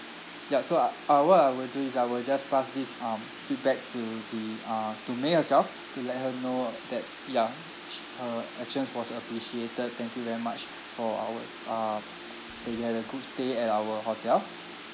yup so uh uh what I will do is I will just pass this um feedback to the uh to may herself to let her know uh that ya her actions was appreciated thank you very much for our uh that you had a good stay at our hotel